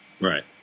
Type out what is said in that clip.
right